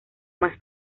más